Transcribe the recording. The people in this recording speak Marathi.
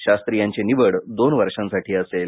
शास्त्री यांची निवड दोन वर्षांसाठी असेल